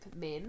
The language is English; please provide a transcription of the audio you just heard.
men